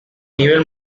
nivel